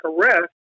arrest